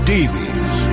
Davies